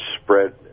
spread